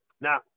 now